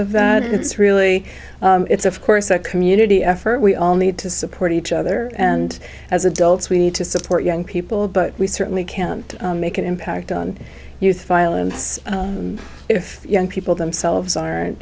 of that it's really it's of course a community effort we all need to support each other and as adults we need to support young people but we certainly can't make an impact on youth violence if young people themselves aren't